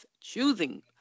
choosing